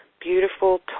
beautiful